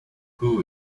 who